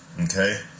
Okay